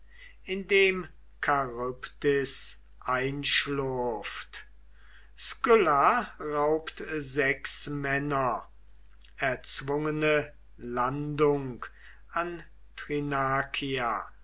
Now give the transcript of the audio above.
indem charybdis einschlurft skylla raubt sechs männer erzwungene landung an